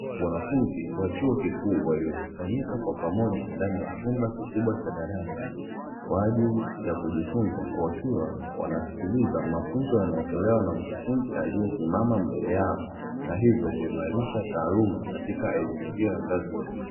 Wanafunzi wa chuo kikuu waliokusanyika pamoja ndani ya chumba cha darasa, kwa ajili ya kujifunza wakiwa wanasikiliza mafunzo yanayotolewa na mkufunzi aliyesimama mbele yao, na hivyo kuimarisha taaluma katika elimu hiyo ya ngazi ya juu.